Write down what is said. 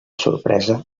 sorpresa